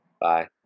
Bye